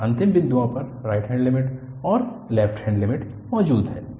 और अंतिम बिंदुओं पर राइट लिमिट और लेफ्ट लिमिट मौजूद है